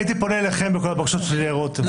הייתי פונה אליכם בכל הבקשות שלי לרותם.